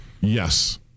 Yes